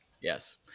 Yes